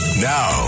Now